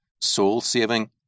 soul-saving